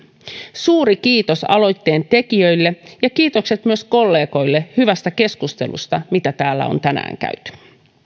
suuri kiitos aloitteen tekijöille ja kiitokset myös kollegoille hyvästä keskustelusta mitä täällä on tänään käyty